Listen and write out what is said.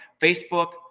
Facebook